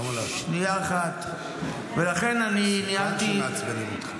זה מסוכן שמעצבנים.